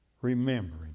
remembering